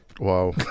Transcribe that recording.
Wow